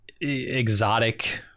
exotic